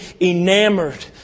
enamored